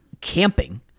camping